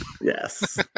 Yes